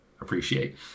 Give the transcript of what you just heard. appreciate